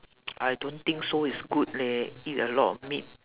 I don't think so it's good leh eat a lot of meat